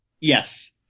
Yes